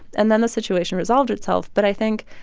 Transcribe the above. and then the situation resolved itself. but i think,